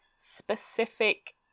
specific